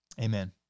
Amen